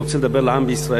רוצה לדבר אל העם בישראל.